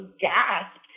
gasped